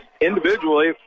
individually